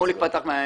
שמוליק פתח.